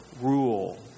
rule